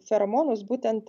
feromonus būtent